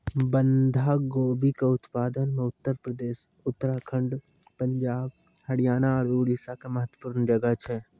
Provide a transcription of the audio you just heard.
बंधा गोभी के उत्पादन मे उत्तर प्रदेश, उत्तराखण्ड, पंजाब, हरियाणा आरु उड़ीसा के महत्वपूर्ण जगह छै